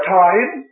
time